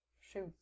Shoot